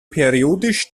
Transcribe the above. periodisch